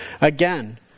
Again